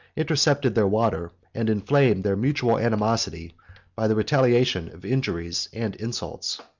intercepted their water, and inflamed their mutual animosity by the retaliation of injuries and insults.